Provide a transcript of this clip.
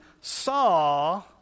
saw